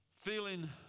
feeling